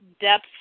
depth